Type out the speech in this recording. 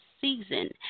season